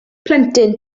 plentyn